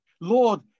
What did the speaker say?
Lord